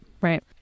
right